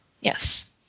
Yes